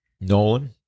Nolan